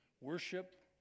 worship